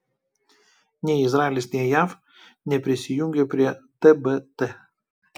nei izraelis nei jav neprisijungė prie tbt